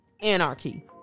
anarchy